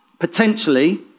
potentially